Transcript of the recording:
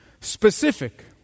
specific